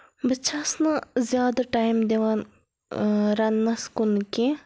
بہٕ چھَس نہٕ زیادٕ ٹایم دِوان رَننَس کُن کینٛہہ